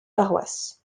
paroisses